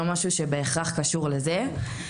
לא משהו שבהכרח קשור לזה.